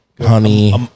Honey